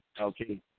Okay